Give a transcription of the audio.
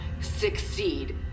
succeed